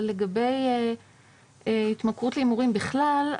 אבל לגבי התמכרות להימורים בכלל,